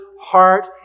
heart